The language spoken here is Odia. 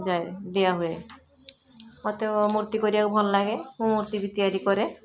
ଯାଏ ଦିଆହୁଏ ପ୍ରତ୍ୟେକ ମୂର୍ତ୍ତି କରିବାକୁ ଭଲ ଲାଗେ ମୁଁ ମୂର୍ତ୍ତି ବି ତିଆରି କରେ